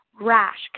rash